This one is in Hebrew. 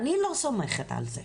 אני לא סומכת על זה.